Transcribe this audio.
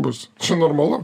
bus čia normalu